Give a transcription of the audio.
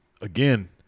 again